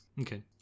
Okay